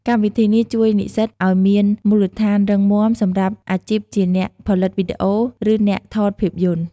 កម្មវិធីនេះជួយនិស្សិតឱ្យមានមូលដ្ឋានរឹងមាំសម្រាប់អាជីពជាអ្នកផលិតវីដេអូ ឬអ្នកថតភាពយន្ត។